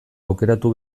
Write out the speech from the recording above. aukeratu